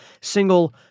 single